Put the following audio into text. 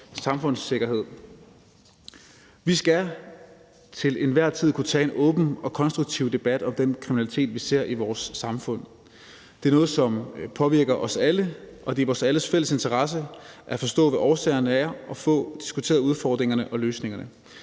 samfundssikkerhed. Vi skal til enhver tid kunne tage en åben og konstruktiv debat om den kriminalitet, vi ser i vores samfund. Det er noget, som påvirker os alle, og det er i vores fælles interesse at forstå, hvad årsagerne er, og få diskuteret udfordringerne og løsningerne.